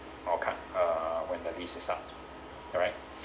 I'll cut uh when the lease is up correct